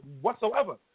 whatsoever